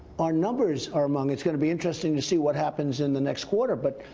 our numbers are among it is going to be interesting to see what happens in the next quarter. but,